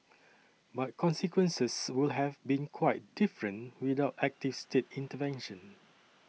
but consequences would have been quite different without active state intervention